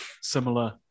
similar